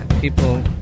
People